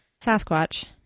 Sasquatch